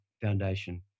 foundation